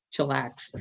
chillax